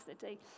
city